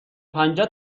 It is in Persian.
پنجه